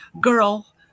girl